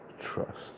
Trust